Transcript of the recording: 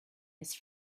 his